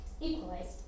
equalized